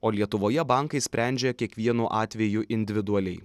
o lietuvoje bankai sprendžia kiekvienu atveju individualiai